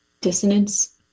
dissonance